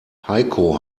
heiko